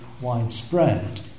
widespread